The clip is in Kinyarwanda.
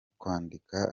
kwandika